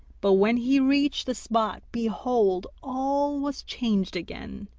but when he reached the spot, behold, all was changed again!